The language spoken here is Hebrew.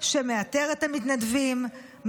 שמאתר את המתנדבים,